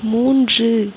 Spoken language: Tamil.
மூன்று